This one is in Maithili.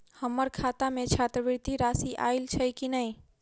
हम्मर खाता मे छात्रवृति राशि आइल छैय की नै?